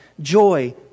joy